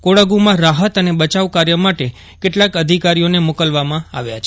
કોડાગુમાં રાહત અને બચાવ કાર્ય માટે કેટલાક અધિકારીઓને મોકલવામાં આવ્યા છે